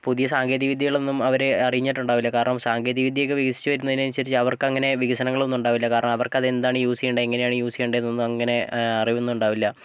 പുതിയ സാങ്കേതിക വിദ്യകളൊന്നും അവർ അറിഞ്ഞിട്ടുണ്ടാവില്ല കാരണം സാങ്കേതിക വിദ്യയൊക്കെ വേസ്റ്റ് വരുന്നതിന് അനുസരിച്ച് അവർക്ക് അങ്ങനെ വികസനങ്ങൾ ഒന്നും ഉണ്ടാകില്ല കാരണം അവർക്കത് എന്താണ് യൂസ് ചെയ്യേണ്ടത് എങ്ങനെയാണ് യൂസ് ചെയ്യേണ്ടത് എന്ന് ഒന്നും അങ്ങനെ അറിവൊന്നുമുണ്ടാവില്ല